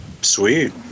Sweet